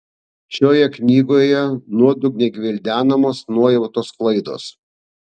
šioje knygoje nuodugniai gvildenamos nuojautos klaidos